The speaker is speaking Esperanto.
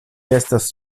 estas